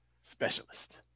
specialist